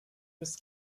was